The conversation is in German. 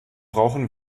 brauchen